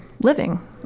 living